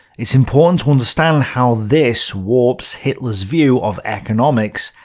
it's important to understand how this warps hitler's view of economics,